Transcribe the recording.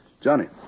Johnny